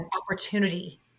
opportunity